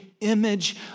image